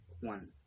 one